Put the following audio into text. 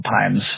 times